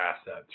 assets